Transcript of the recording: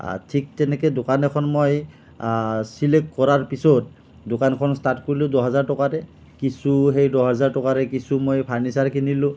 ঠিক তেনেকে দোকান এখন মই ছিলেক্ট কৰাৰ পিছত দোকানখন ষ্টাৰ্ট কৰিলোঁ দহ হাজাৰ টকাৰে কিছু সেই দহ হাজাৰ টকাৰে কিছু মই ফাৰ্নিচাৰ কিনিলোঁ